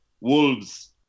Wolves